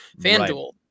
FanDuel